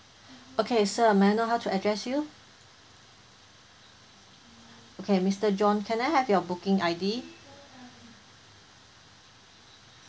okay sir may I know how to address you okay mr john can I have your booking I_D